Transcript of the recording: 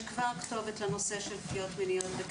יש כבר כתובת לנושא של פגיעות מיניות.